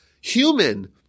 human